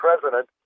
president